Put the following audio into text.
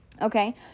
okay